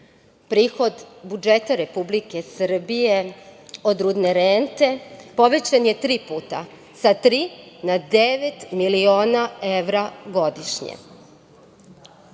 budžeta Republike Srbije od rudne rente povećan je tri puta, sa tri na devet miliona evra godišnje. Dana